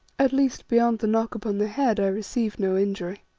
at least, beyond the knock upon the head i received no injury.